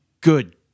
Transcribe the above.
good